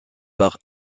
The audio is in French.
par